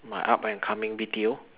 my up and coming B_T_O